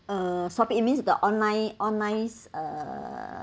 uh shopping you means the online online uh